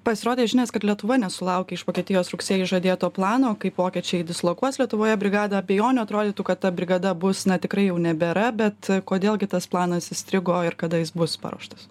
pasirodė žinios kad lietuva nesulaukia iš vokietijos rugsėjį žadėto plano kaip vokiečiai dislokuos lietuvoje brigadą abejonių atrodytų kad ta brigada bus tikrai jau nebėra bet kodėl gi tas planas įstrigo ir kada jis bus paruoštas